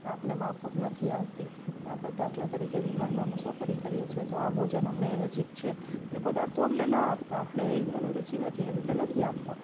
એ આપણને માફક નથી આવતી કે આપણે દાખલા તરીકે વિમાનમાં મુસાફરી કરીએ છીએ તો આ ભોજન અમને એલર્જીક છે તો એ પદાર્થો અમને ન આપતા આપણને અનુરૂચી નથી એવી રીતે નથી આપતા